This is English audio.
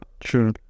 Sure